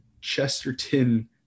Chesterton